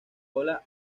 ola